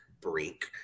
break